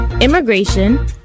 immigration